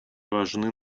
важны